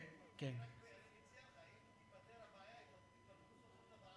אם תיפתר הבעיה, יבטלו סוף-סוף את הוועדה שלך.